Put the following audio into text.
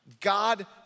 God